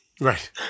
right